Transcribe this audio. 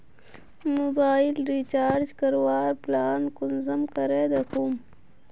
Mobile recharge करवार plan कुंसम करे दखुम?